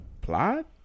Plot